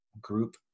group